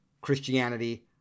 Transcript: Christianity